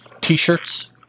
T-shirts